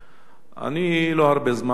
אומנם אני לא הרבה זמן בכנסת,